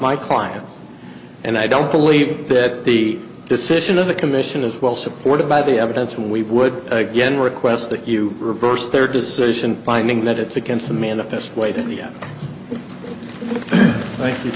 my client and i don't believe that the decision of the commission is well supported by the evidence and we would again request that you reverse their decision by knowing that it's against the manifest weight and th